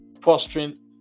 Fostering